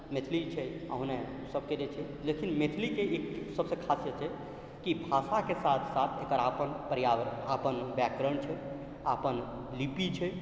मैथिली छै ओहने सबके जे छै लेकिन मैथिलीके एक सबसँ खासियत छै कि भाषाके साथ साथ एकरा अपन पर्यावरण अपन व्याकरण छै अपन लिपि छै